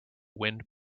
wind